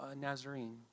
Nazarene